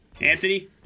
Anthony